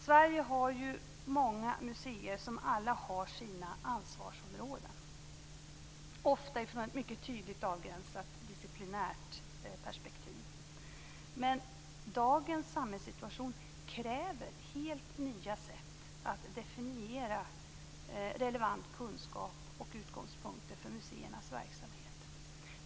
Sverige har många museer som alla har sina ansvarsområden, ofta från ett mycket tydligt avgränsat disciplinärt perspektiv. Men dagens samhällssituation kräver helt nya sätt att definiera relevant kunskap och nya utgångspunkter för museernas verksamhet.